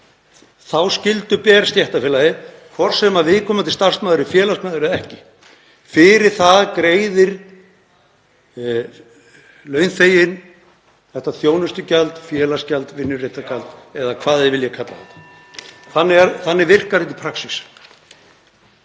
Þá skyldu ber stéttarfélagið, hvort sem viðkomandi starfsmaður er félagsmaður eða ekki. Fyrir það greiðir launþeginn þetta þjónustugjald, félagsgjald, vinnuréttargjald eða hvað við viljum kalla það. Þannig virkar þetta í praxís.